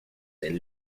del